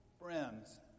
friends